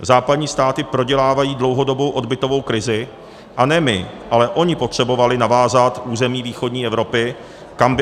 Západní státy prodělávají dlouhodobou odbytovou krizi, a ne my, ale ony potřebovaly navázat území východní Evropy, kam by expandovaly.